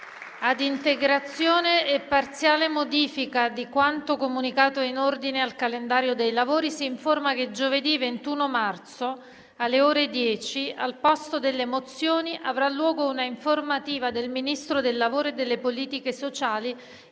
Ad integrazione e parziale modifica di quanto comunicato in ordine al calendario dei lavori, si informa che giovedì 21 marzo, alle ore 10, al posto delle mozioni avrà luogo un'informativa del Ministro del lavoro e delle politiche sociali